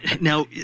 Now